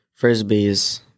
Frisbees